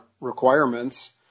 requirements